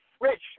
Rich